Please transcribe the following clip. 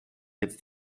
jetzt